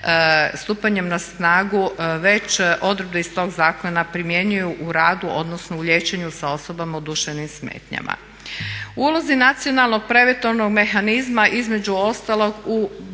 stupanjem na snagu već odredbe iz tog zakona primjenjuju u radu odnosno u liječenju sa osoba u duševnim smetnjama. U ulozi nacionalnog preventivnog mehanizma između ostalog u